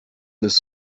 this